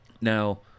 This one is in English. Now